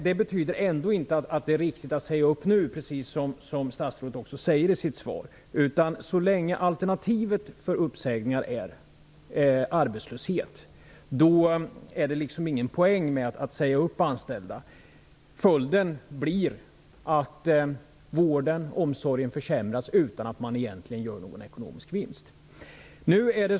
Det betyder ändå inte att det är rätt att göra uppsägningar nu, vilket statsrådet också säger i sitt svar, för så länge alternativet för uppsägningar är arbetslöshet är det ingen poäng med att säga upp anställda. Följden blir att vården och omsorgen försämras utan att man egentligen gör någon ekonomisk vinst.